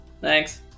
Thanks